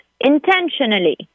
intentionally